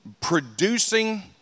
producing